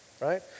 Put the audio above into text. right